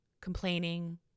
complaining